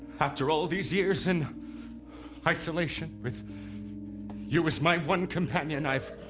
after all these years in isolation, with you as my one companion i've